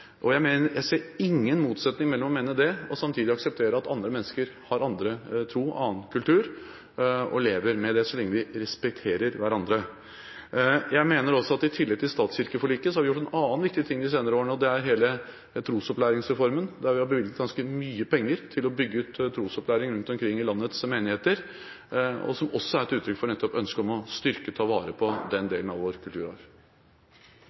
Jeg ser ingen motsetning mellom å mene det og samtidig akseptere at andre mennesker har annen tro, annen kultur og lever med det, så lenge vi respekterer hverandre. Jeg mener også at i tillegg til statskirkeforliket har vi gjort en annen viktig ting de senere årene. Det gjelder hele trosopplæringsreformen. Vi har bevilget ganske mye penger til å bygge ut trosopplæringen rundt omkring i landets menigheter, som også er et uttrykk for at vi ønsker å styrke og ta vare på den delen av vår kulturarv.